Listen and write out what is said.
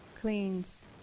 cleans